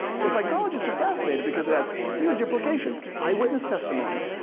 so psychologists are fascinated because it has huge implications. eye witness testimony.